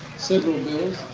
several bills.